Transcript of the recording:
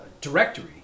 directory